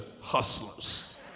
hustlers